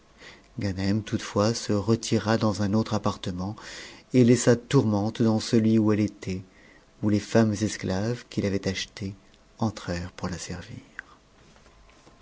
ganem toutefois se retira daus un autre appartement et laissa tourmente dans celui où elle était o les femmes esclaves qu'il avait achetées entrèrent pour la servir